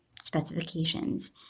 specifications